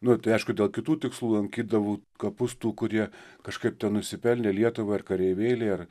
nu tai aišku dėl kitų tikslų lankydavau kapus tų kurie kažkaip ten nusipelnė lietuvai ar kareivėliai ar